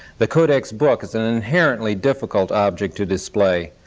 the codex book is an inherently difficult object to display.